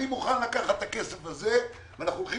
אני מוכן לקחת את הכסף הזה, ואנחנו הולכים